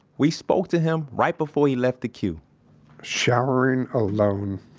we spoke to him right before he left the q showering alone.